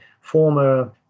former